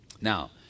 Now